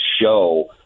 show